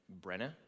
Brenna